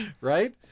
right